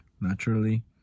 naturally